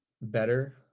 better